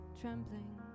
trembling